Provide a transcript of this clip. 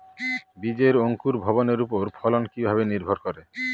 বীজের অঙ্কুর ভবনের ওপর ফলন কিভাবে নির্ভর করে?